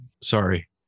Sorry